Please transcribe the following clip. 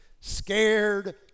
scared